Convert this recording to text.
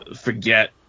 forget